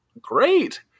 great